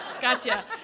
gotcha